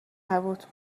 نبود